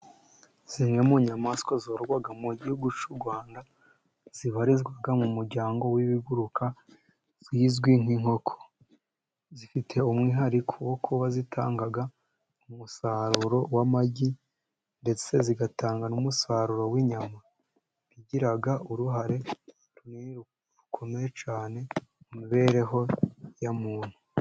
Zimwe mu nyamaswa zororwa mu gihugu cy'u Rwanda, zibarizwa mu muryango w'ibiguruka zizwi nk'inkoko, zifite umwihariko wo kuba zitanga umusaruro w'amagi, ndetse zigatanga n'umusaruro w'inyama, bigira uruhare rukomeye cyane mu mibereho ya muntu.